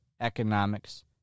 economics